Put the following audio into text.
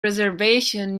reservation